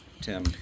Tim